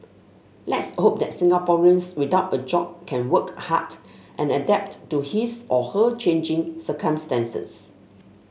let's hope that Singaporeans without a job can work hard and adapt to his or her changing circumstances